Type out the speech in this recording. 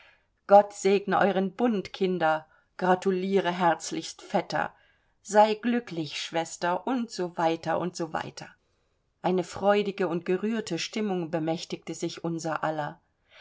gott segne eueren bund kinder gratuliere herzlichst vetter sei glücklich schwester und so weiter und so weiter eine freudige und gerührte stimmung bemächtigte sich unser aller